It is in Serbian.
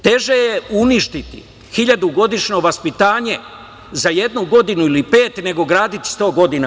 Teže je uništiti hiljadugodišnje vaspitanje za jednu godinu ili pet nego graditi sto godina.